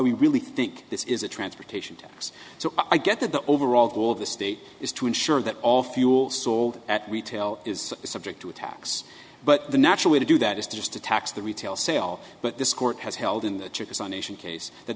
we really think this is a transportation tax so i get that the overall goal of the state is to ensure that all fuel sold at retail is subject to attacks but the natural way to do that is just to tax the retail sale but this court has held in the chickasaw nation case that